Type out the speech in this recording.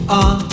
on